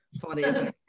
funny